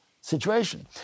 situation